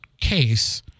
case